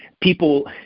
people